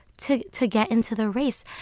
to to get into the race.